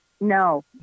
no